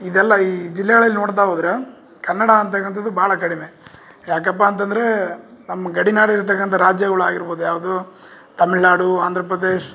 ಇದೆಲ್ಲ ಈ ಜಿಲ್ಲೆಗಳಲ್ಲಿ ನೋಡ್ತಾ ಹೋದರೆ ಕನ್ನಡ ಅಂತಕಂಥದ್ದು ಭಾಳ ಕಡಿಮೆ ಯಾಕಪ್ಪಾ ಅಂತಂದರೆ ನಮ್ಮ ಗಡಿನಾಡು ಇರ್ತಕ್ಕಂಥ ರಾಜ್ಯಗಳಾಗಿರ್ಬೌದು ಯಾವುದು ತಮಿಳುನಾಡು ಆಂಧ್ರ ಪ್ರದೇಶ